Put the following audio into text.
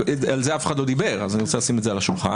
על זה אף אחד לא דיבר אז אני רוצה לשים את זה על השולחן.